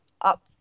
up